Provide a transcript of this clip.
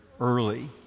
early